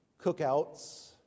cookouts